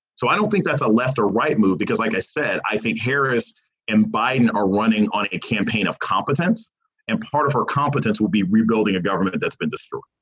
so i don't think that's a left or right move, because, like i said, i think harris and biden are running on a campaign of competence and part of her competence will be rebuilding a government that's been destroyed